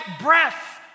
breath